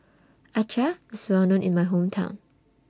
Acar IS Well known in My Hometown